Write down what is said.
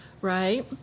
right